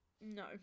No